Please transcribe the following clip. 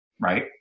right